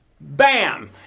bam